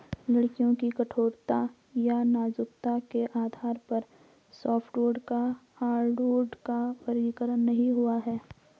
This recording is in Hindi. लकड़ियों की कठोरता या नाजुकता के आधार पर सॉफ्टवुड या हार्डवुड का वर्गीकरण नहीं हुआ है